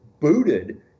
booted